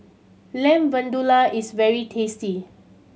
Lamb Vindaloo is very tasty